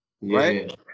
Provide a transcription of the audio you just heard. Right